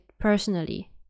personally